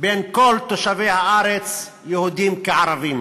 בין כל תושבי הארץ, יהודים כערבים,